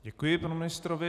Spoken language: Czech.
Děkuji panu ministrovi.